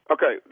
Okay